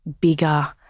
bigger